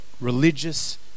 religious